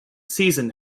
season